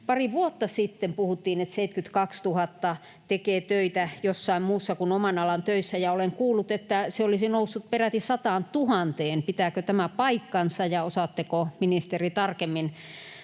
pari vuotta sitten puhuttiin, että 72 000 tekee töitä joissain muissa kuin oman alan töissä, ja olen kuullut, että luku olisi noussut peräti 100 000:een. Pitääkö tämä paikkansa, ja osaatteko, ministeri, tarkemmin